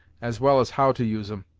as well as how to use em.